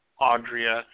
Audrey